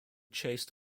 chased